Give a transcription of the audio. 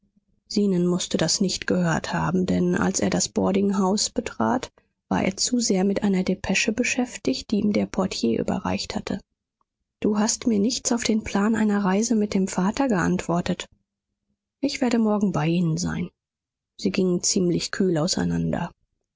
zenon mußte das nicht gehört haben denn als er das boarding house betrat war er zu sehr mit einer depesche beschäftigt die ihm der portier überreicht hatte du hast mir nichts auf den plan einer reise mit dem vater geantwortet ich werde morgen bei ihnen sein sie gingen ziemlich kühl auseinander